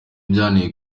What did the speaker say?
byanteye